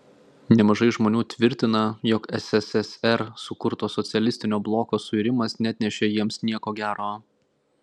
nemažai žmonių tvirtina jog sssr sukurto socialistinio bloko suirimas neatnešė jiems nieko gero